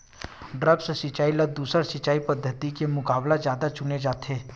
द्रप्स सिंचाई ला दूसर सिंचाई पद्धिति के मुकाबला जादा चुने जाथे